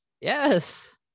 yes